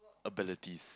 abilities